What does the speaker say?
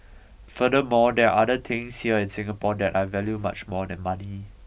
furthermore there are other things here in Singapore that I value much more than money